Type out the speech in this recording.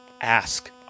ask